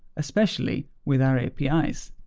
especially with our apis.